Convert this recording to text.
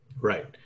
Right